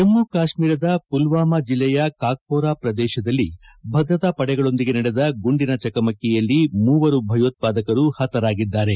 ಜಮ್ಮು ಕಾಶ್ಮೀರದ ಮಲ್ವಾಮ ಜಿಲ್ಲೆಯ ಕಾಕ್ಮೋರ ಪ್ರದೇಶದಲ್ಲಿ ಭದ್ರತಾ ಪಡೆಗಳೊಂದಿಗೆ ನಡೆದ ಗುಂಡಿನ ಚಕಮಕಿಯಲ್ಲಿ ಮೂವರು ಭಯೋತ್ವಾದಕರು ಹತರಾಗಿದ್ದಾರೆ